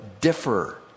differ